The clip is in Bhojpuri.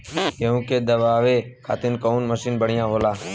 गेहूँ के दवावे खातिर कउन मशीन बढ़िया होला?